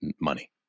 money